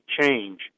change